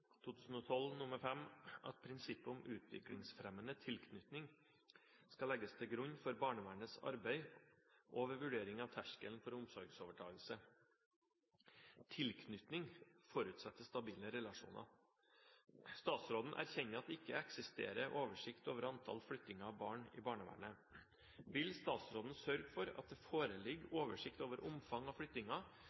2012: 5 at prinsippet om utviklingsfremmende tilknytning skal legges til grunn for barnevernets arbeid og ved vurdering av terskelen for omsorgsovertakelse. Tilknytning forutsetter stabile relasjoner. Statsråden erkjenner at det ikke eksisterer oversikt over antall flyttinger av barn i barnevernet. Vil statsråden sørge for at det foreligger oversikt over omfang av flyttinger